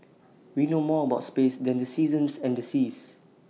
we know more about space than the seasons and the seas